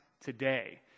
today